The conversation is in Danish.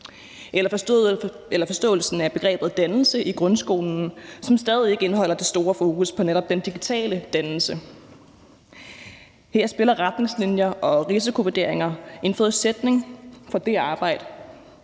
eller forståelsen af begrebet dannelse i grundskolen, som stadig ikke indeholder det store fokus på netop den digitale dannelse. Her er retningslinjer og risikovurderinger en forudsætning for det arbejde,